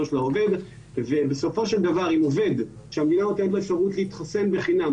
של העובד ובסופו של דבר אם עובד שהמדינה נותנת לו אפשרות להתחסן בחינם,